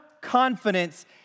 confidence